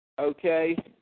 Okay